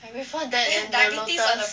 I prefer that than the Lotus